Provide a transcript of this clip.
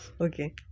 okay